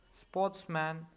sportsman